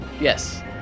Yes